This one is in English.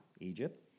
Egypt